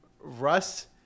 Russ